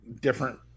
different